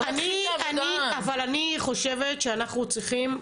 לא נתחיל בעבודה --- אבל אני חושבת שאנחנו צריכים,